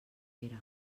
nevera